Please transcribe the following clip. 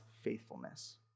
faithfulness